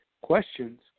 questions